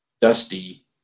Dusty